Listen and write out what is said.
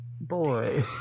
Boy